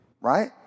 right